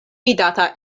vidata